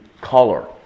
color